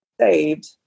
saved